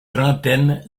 trentaine